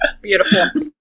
Beautiful